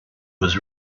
was